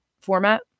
format